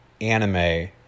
anime